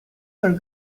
for